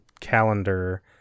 calendar